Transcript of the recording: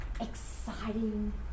exciting